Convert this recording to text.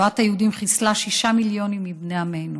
שואת היהודים חיסלה שישה מיליונים מבני עמנו,